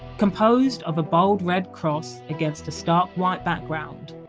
composed of a bold red cross against a stark white background,